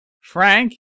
Frank